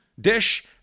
dish